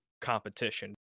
competition